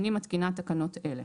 אני מתקינה תקנות אלה: